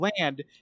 land